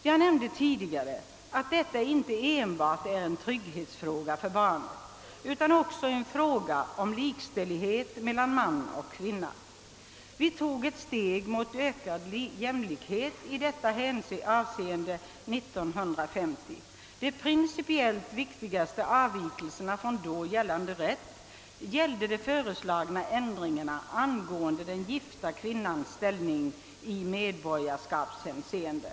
Jag nämnde tidigare att detta inte enbart är en trygghetsfråga för barnet utan också en fråga om likställighet mellan man och kvinna. Vi tog ett steg mot ökad jämlikhet i detta avseende år 1950. De principiellt viktigaste avvikelserna från då gällande rätt innehöll de föreslagna ändringarna angående den gifta kvinnans ställning i medborgarskapshänseende.